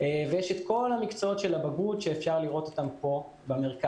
ויש את כל המקצועות של הבגרות שאפשר לראות אותם פה במרכז.